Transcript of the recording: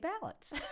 ballots